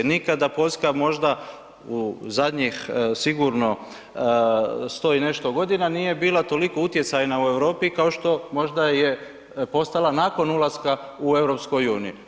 Nikada Poljska možda u zadnjih sigurno 100 i nešto godina, nije bila toliko utjecajna u Europi, kao što možda je postala nakon ulaska u EU-i.